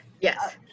Yes